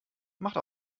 macht